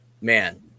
man